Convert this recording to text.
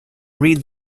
read